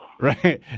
Right